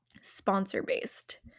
sponsor-based